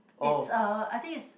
it's a I think is